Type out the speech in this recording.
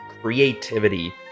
creativity